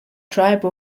tribe